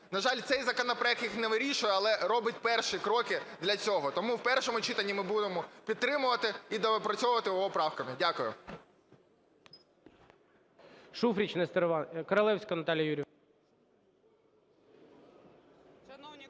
На жаль, цей законопроект їх не вирішує, але робить перші кроки для цього. Тому в першому читанні ми будемо підтримувати і доопрацьовувати його правками. Дякую.